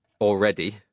already